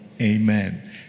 Amen